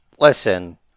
Listen